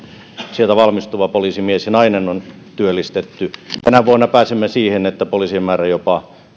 sieltä valmistuva poliisimies ja nainen on työllistetty tänä vuonna pääsemme siihen että poliisien määrä jopa